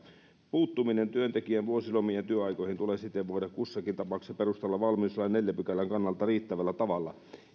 puuttuminen työntekijän vuosilomiin ja työaikoihin tulee siten voida kussakin tapauksessa perustella valmiuslain neljännen pykälän kannalta riittävällä tavalla